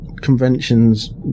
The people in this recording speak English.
conventions